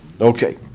Okay